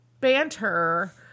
banter